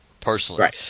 personally